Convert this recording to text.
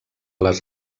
les